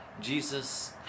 Jesus